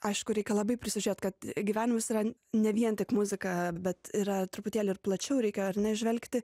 aišku reikia labai prisižiūrėt kad gyvenimas yra ne vien tik muzika bet yra truputėlį ir plačiau reikia ar ne žvelgti